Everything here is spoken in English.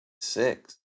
Six